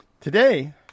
Today